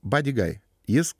badigai jis